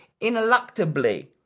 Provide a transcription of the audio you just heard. ineluctably